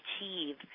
achieve